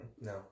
No